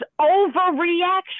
overreaction